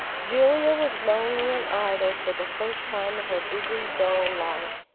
julia was lonely and idle for the first time in her busy, dull life,